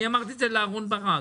אני אמרתי את זה לאהרון ברק,